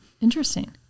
Interesting